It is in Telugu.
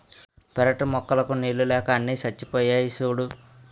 పెరటి మొక్కలకు నీళ్ళు లేక అన్నీ చచ్చిపోయాయి సూడూ